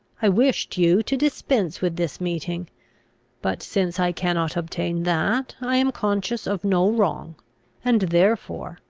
i wished you to dispense with this meeting but since i cannot obtain that i am conscious of no wrong and therefore,